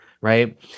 right